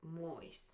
Moist